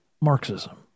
Marxism